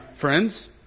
friends